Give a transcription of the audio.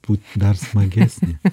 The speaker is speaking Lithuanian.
būt dar smagesnė